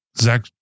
Zach